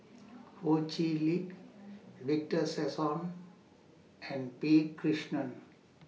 Ho Chee Lick Victor Sassoon and P Krishnan